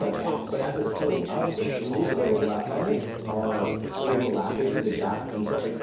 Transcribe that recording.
but yeah but as it's pulling up, the shingles that are overlapped on it are overlapping the gap and start like